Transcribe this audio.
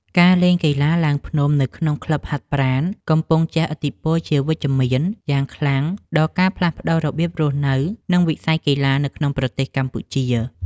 ការលេងកីឡាឡើងភ្នំនៅក្នុងក្លឹបហាត់ប្រាណ កំពុងជះឥទ្ធិពលជាវិជ្ជមានយ៉ាងខ្លាំងដល់ការផ្លាស់ប្តូររបៀបរស់នៅ និងវិស័យកីឡានៅក្នុងប្រទេសកម្ពុជា។